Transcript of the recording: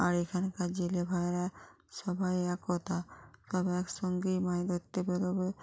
আর এখানকার জেলে ভায়েরা সবাই একতা সব একসঙ্গেই মাছ ধরতে বেরোবে